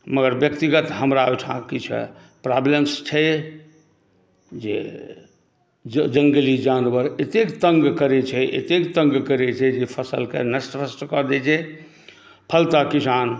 मगर व्यक्तिगत हमरा ओहिठाम किछु प्राब्लम्स छै जे जंगली जानवर एतेक तंग करै छै एतेक तंग करै छै जे फसलके नष्ट भ्रस्ट कऽ दै छै फलतः किसान